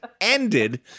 ended